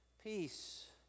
Peace